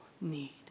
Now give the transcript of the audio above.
need